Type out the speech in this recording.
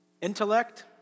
Intellect